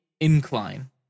incline